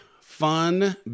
fun